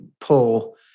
pull